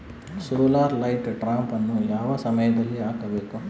Solar light ಟ್ರಾಪನ್ನು ಯಾವ ಸಮಯದಲ್ಲಿ ಹಾಕಬೇಕು?